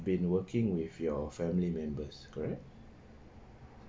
been working with your family members correct